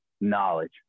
knowledge